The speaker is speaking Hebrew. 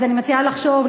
אני מציעה לחשוב,